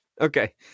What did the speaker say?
Okay